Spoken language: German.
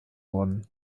wurden